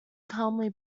calmly